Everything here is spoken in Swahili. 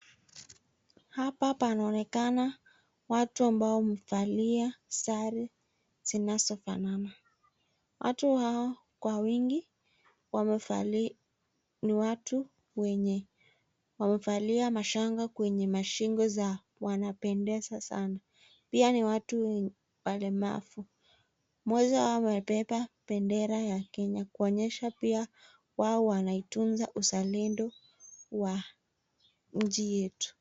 Hapa panaonekana watu ambao wamevalia sare zinazofanana. Watu hao kwa wingi ni watu wenye wamevalia mashanga kwenye mashingo zao, wanapendeza sanaa. Pia ni watu walemavu. Moja wao amebeba bendera ya Kenya kuonyesha pia wao wanaitunza uzalendo wa nchi yetu.